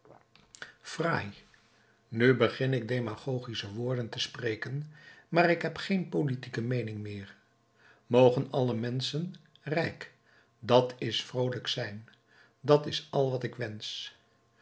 fraai nu begin ik demagogische woorden te spreken maar ik heb geen politieke meening meer mogen alle menschen rijk dat is vroolijk zijn dat is al wat ik wensch